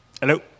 Hello